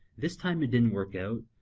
this time it didn't work out,